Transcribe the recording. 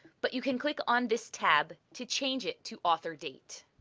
but you can click on this tab to change it to author-date.